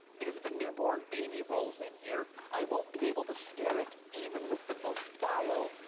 because if a newborn baby rolls in here, i won't be able to scare it even with the most vile,